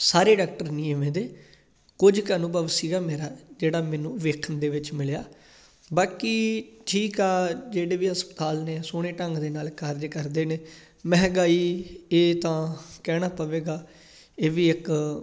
ਸਾਰੇ ਡਾਕਟਰ ਨਹੀਂ ਇਵੇਂ ਦੇ ਕੁਝ ਕੁ ਅਨੁਭਵ ਸੀਗਾ ਮੇਰਾ ਜਿਹੜਾ ਮੈਨੂੰ ਵੇਖਣ ਦੇ ਵਿੱਚ ਮਿਲਿਆ ਬਾਕੀ ਠੀਕ ਆ ਜਿਹੜੇ ਵੀ ਹਸਪਤਾਲ ਨੇ ਸੋਹਣੇ ਢੰਗ ਦੇ ਨਾਲ ਕਾਰਜ ਕਰਦੇ ਨੇ ਮਹਿੰਗਾਈ ਇਹ ਤਾਂ ਕਹਿਣਾ ਪਵੇਗਾ ਇਹ ਵੀ ਇੱਕ